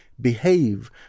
behave